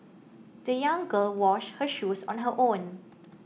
the young girl washed her shoes on her own